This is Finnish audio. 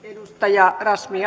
ja